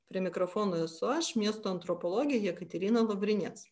prie mikrofono esu aš miesto antropologė jekaterina lavrinec